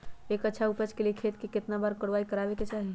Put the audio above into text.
एक अच्छा उपज के लिए खेत के केतना बार कओराई करबआबे के चाहि?